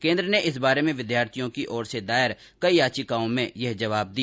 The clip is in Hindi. केन्द्र ने इस बारे में विद्यार्थियों की ओर से दायर कई याचिकाओं में जवाब दिया